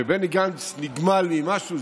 שבני גנץ נגמל ממשהו.